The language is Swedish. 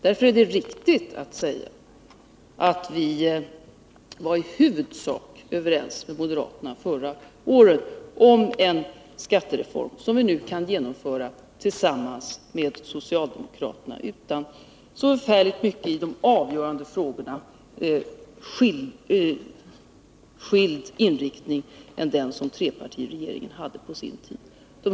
Därför är det riktigt att säga att vi var i huvudsak överens med moderaterna förra året om en skattereform, som vi nu kan genomföra tillsammans med socialdemokraterna utan att i de avgörande frågorna inriktningen är väsentligt skild från den som trepartiregeringen hade på sitt program.